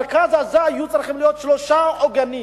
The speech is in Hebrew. למרכז הזה היו צריכים להיות שלושה עוגנים: